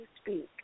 speak